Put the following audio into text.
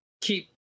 keep